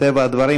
מטבע הדברים,